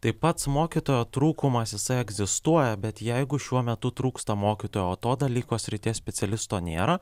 tai pats mokytojo trūkumas jisai egzistuoja bet jeigu šiuo metu trūksta mokytojų o to dalyko srities specialisto nėra